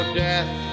death